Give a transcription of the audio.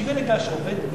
תחשבי רגע שעובד,